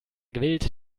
gewillt